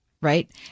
right